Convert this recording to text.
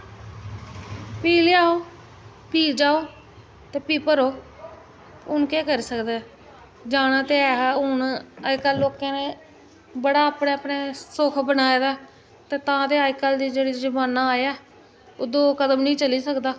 भी लै आओ भी जाओ ते भी भरो हून केह् करी सकदे जाना ते एह् हा हून अज्ज कल लोकें दे बड़ा अपने अपने सुख बनाए दा ते तां ते अज्ज कल दी जेह्ड़ी जमान्ना आया ओह् दो कदम निं चली सकदा